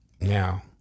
now